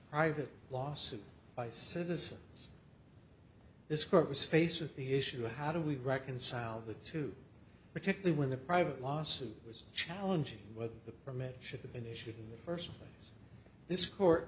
private lawsuit by citizens this court was faced with the issue of how do we reconcile the two particularly when the private lawsuit was challenging whether the permit should have been issued in the first place this court